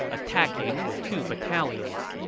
attacking with two battalions.